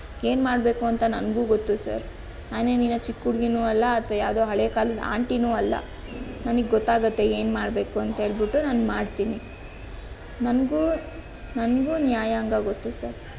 ಏನು ಮಾಡಬೇಕು ಅಂತ ನನಗೂ ಗೊತ್ತು ಸರ್ ನಾನೇನಿನ್ನೂ ಈಗ ಚಿಕ್ಕ ಹುಡುಗೀನು ಅಲ್ಲ ಅಥವಾ ಯಾವುದೋ ಹಳೆಯ ಕಾಲದ ಆಂಟಿಯೂ ಅಲ್ಲ ನನಗೆ ಗೊತ್ತಾಗತ್ತೆ ಏನು ಮಾಡಬೇಕು ಅಂತ ಹೇಳಿಬಿಟ್ಟು ನಾನು ಮಾಡ್ತೀನಿ ನನಗೂ ನನಗೂ ನ್ಯಾಯಾಂಗ ಗೊತ್ತು ಸರ್